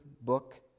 book